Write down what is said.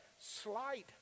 slight